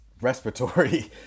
respiratory